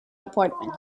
appointment